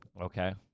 Okay